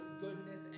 goodness